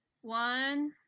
One